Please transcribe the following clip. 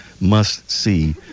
must-see